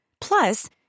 Plus